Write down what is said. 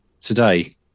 today